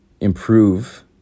improve